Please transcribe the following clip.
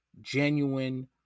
genuine